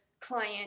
client